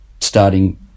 starting